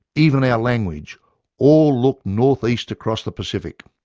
even our language all looked north east across the pacific.